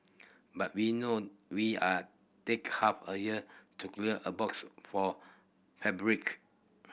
but we know we are take half a year to clear a box for